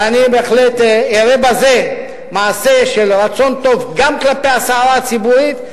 ואני בהחלט אראה בזה מעשה של רצון טוב גם כלפי הסערה הציבורית,